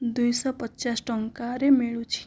ଦୁଇଶହ ପଚାଶ ଟଙ୍କାରେ ମିଳୁଛି